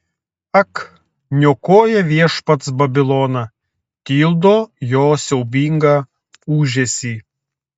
ak niokoja viešpats babiloną tildo jo siaubingą ūžesį